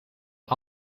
het